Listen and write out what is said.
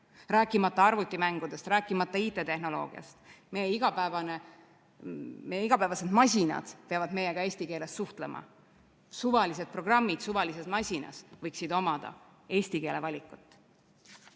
räägigi arvutimängudest ja IT-tehnoloogiast. Meie igapäevased masinad peavad meiega eesti keeles suhtlema. Suvalised programmid suvalises masinas võiksid omada eesti keele valikut,